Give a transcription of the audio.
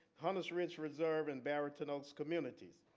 hunter's ridge reserve and barrington oaks communities.